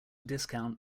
discount